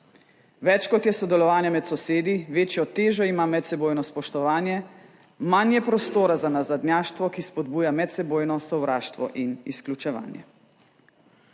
Več kot je sodelovanja med sosedi, večjo težo ima medsebojno spoštovanje, manj je prostora za nazadnjaštvo, ki spodbuja medsebojno sovraštvo in izključevanje.